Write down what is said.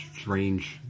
strange